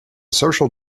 social